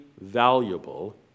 valuable